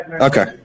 Okay